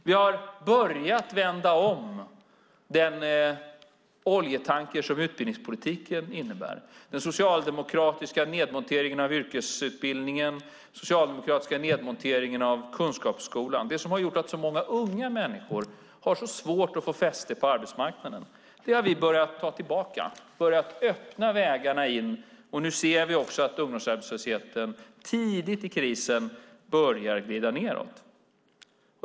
Vi har börjat vända den oljetanker som utbildningspolitiken innebär, den socialdemokratiska nedmonteringen av yrkesutbildningen och den socialdemokratiska nedmonteringen av kunskapsskolan som har gjort att så många unga människor har så svårt att få fäste på arbetsmarknaden. Det har vi börjat ta tillbaka och börjat öppna vägarna in. Nu ser vi också att ungdomsarbetslösheten tidigt i krisen börjar glida nedåt.